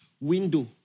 window